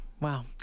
wow